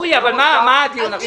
מה הדיון עכשיו?